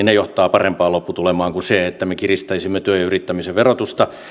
ne toimet johtavat parempaan lopputulemaan kuin se että me kiristäisimme työn ja yrittämisen verotusta